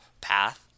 path